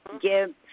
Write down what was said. give